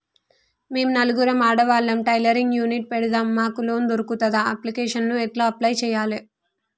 మేము నలుగురం ఆడవాళ్ళం టైలరింగ్ యూనిట్ పెడతం మాకు లోన్ దొర్కుతదా? అప్లికేషన్లను ఎట్ల అప్లయ్ చేయాలే?